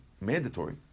mandatory